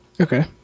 Okay